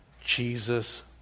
Jesus